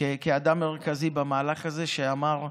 כאדם מרכזי במהלך הזה, שאמר: